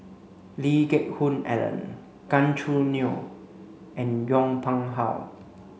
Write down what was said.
Lee Geck Hoon Ellen Gan Choo Neo and Yong Pung How